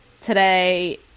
today